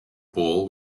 bowl